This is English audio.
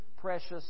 precious